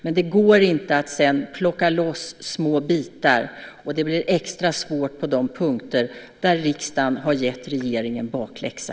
Men det går inte att sedan plocka loss små bitar, och det blir extra svårt på de punkter där riksdagen har gett regeringen bakläxa.